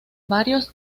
varios